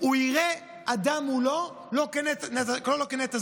הוא יראה אדם מולו לא כנטע זר.